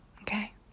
okay